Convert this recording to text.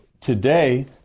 today